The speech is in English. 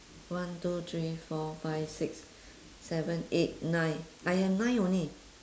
one two three four five six seven eight nine I have nine only